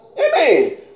Amen